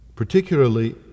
particularly